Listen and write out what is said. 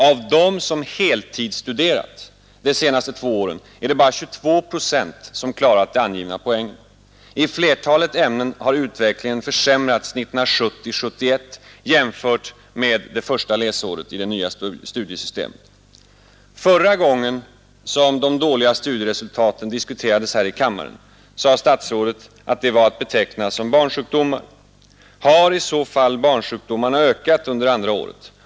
Av dem som heltidsstuderat de senaste två åren är det bara 22 procent som klarat de angivna poängen. I flertalet ämnen har utvecklingen försämrats 1970 70 — det första året med det nya studiesystemet. Förra gången de dåliga studieresultaten diskuterades i kammaren sade statsrådet att de var att beteckna som barnsjukdomar. Har i så fall barnsjukdomarna ökat under det andra året?